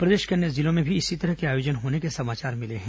प्रदेश के अन्य जिलों में भी इसी तरह के आयोजन होने के समाचार मिले हैं